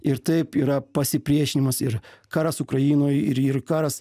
ir taip yra pasipriešinimas ir karas ukrainoj ir ir karas